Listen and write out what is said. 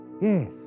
Yes